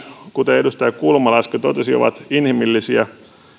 kuten edustaja kulmala äsken totesi syyt miksi näin on käynyt ovat inhimillisiä